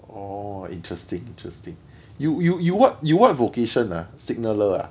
oh interesting interesting you you you you what vocation ah signaller ah